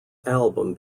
album